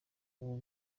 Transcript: ubu